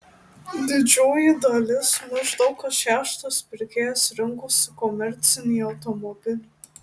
didžioji dalis maždaug kas šeštas pirkėjas rinkosi komercinį automobilį